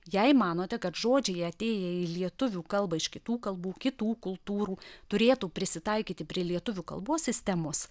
jei manote kad žodžiai atėję į lietuvių kalbą iš kitų kalbų kitų kultūrų turėtų prisitaikyti prie lietuvių kalbos sistemos